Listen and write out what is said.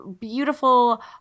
beautiful